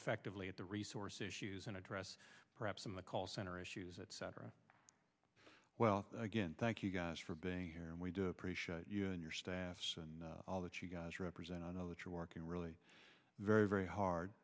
effectively at the resource issues and address perhaps in the call center issues etc well again thank you guys for being here and we do appreciate you and your staff and all that you guys represent i know that you're working really very very hard